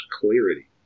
clarity